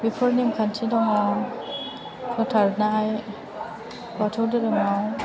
बेफोर नेम खान्थि दङ फोथारनाय बाथौ धोरोमाव